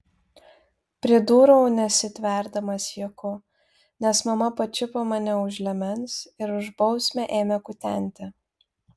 pridūriau nesitverdamas juoku nes mama pačiupo mane už liemens ir už bausmę ėmė kutenti